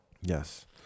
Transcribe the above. Yes